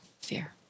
fear